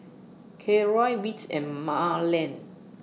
Khloe Whit and Marland